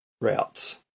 routes